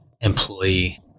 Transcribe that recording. employee